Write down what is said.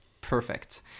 Perfect